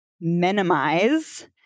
minimize